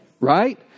Right